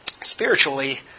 Spiritually